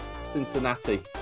Cincinnati